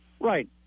right